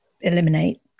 eliminate